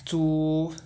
煮